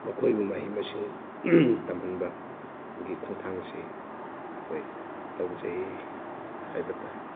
ꯃꯈꯣꯏꯕꯨ ꯃꯍꯩ ꯃꯁꯤꯡ ꯇꯝꯍꯟꯕꯒꯤ ꯈꯣꯡꯊꯥꯡꯁꯤ ꯑꯩꯈꯣꯏ ꯇꯧꯖꯩ ꯍꯥꯏꯕ ꯇꯥꯏ